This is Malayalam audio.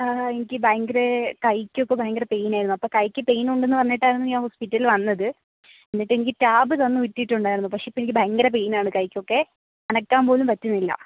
ആ ആ എനിക്ക് ഭയങ്കരേ കൈക്കൊക്കെ ഭയങ്കര പേയ്നായിരുന്നു അപ്പോൾ കൈക്ക് പേയ്നുണ്ടെന്ന് പറഞ്ഞിട്ടാരുന്നു ഞാൻ ഹോസ്പിറ്റലിൽ വന്നത് എന്നിട്ടെനിക്ക് ടാബ് തന്ന് വിട്ടിട്ടുണ്ടാരുന്നു പക്ഷെ ഇപ്പം എനിക്ക് ഭയങ്കര പെയ്നാണ് കൈയൊക്കെ അനക്കാൻ പോലും പറ്റുന്നില്ല